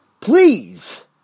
Please